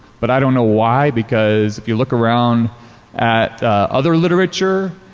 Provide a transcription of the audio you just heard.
but i don't know why because you look around at other literature,